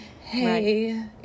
hey